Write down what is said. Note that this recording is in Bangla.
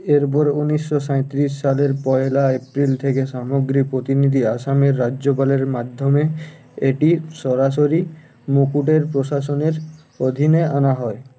এরপরে উনিশশো সাঁইত্রিশ সালের পয়লা এপ্রিল থেকে সামগ্রীর প্রতিনিধি আসামের রাজ্যপালের মাধ্যমে এটি সরাসরি মুকুটের প্রশাসনের অধীনে আনা হয়